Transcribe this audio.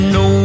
no